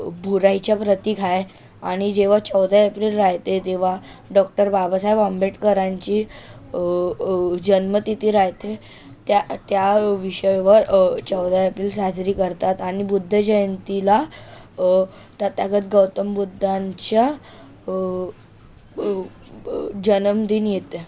बुराईचा प्रतीक आहे आणि चौदा एप्रिल रहाते तेव्हा डॉक्टर बाबासाहेब आंबेडकरांची जन्म तिथी रहाते त्या त्या विषयावर चौदा एप्रिल साजरी करतात आणि बुद्ध जयंतीला तथागत गौतम बुद्धांचा जन्मदिन येते